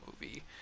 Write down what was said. movie